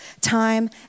time